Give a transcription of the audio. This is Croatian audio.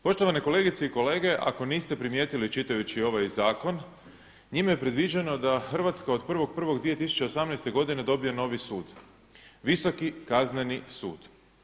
Poštovane kolegice i kolege, ako niste primijetili čitajući ovaj zakon njime je predviđeno da Hrvatska od 1.1.2018. godine dobije novi sud, Visoki kazneni sud.